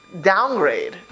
downgrade